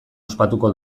ospatuko